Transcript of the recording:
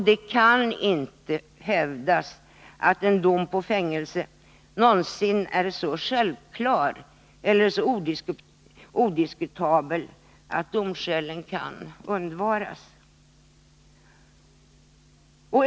Det kan inte hävdas att en fängelsedom någonsin är så självklar eller odiskutabel att domskälen kan undvaras.